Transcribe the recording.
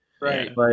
Right